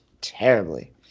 terribly